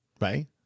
right